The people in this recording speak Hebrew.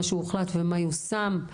מה הוחלט ומה יושם.